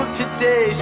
today